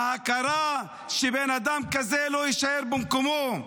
ההכרה שבן אדם כזה לא יישאר במקומו.